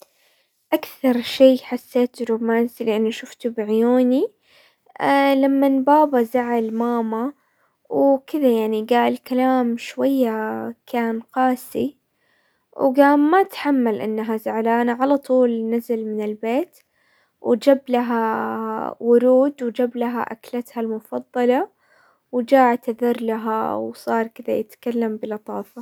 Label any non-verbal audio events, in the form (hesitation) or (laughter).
اكثر شي حسيت رومانسي لاني شفته بعيوني، (hesitation) لمن بابا زعل ماما وكذا، يعني قال كلام شوية كان قاسي، وقام ما تحمل انها زعلانة، على طول نزل من البيت، وجاب لها ورود، وجاب لها اكلتها المفضلة، وجاء اعتذر لها، وصار كذا يتكلم بلطافة.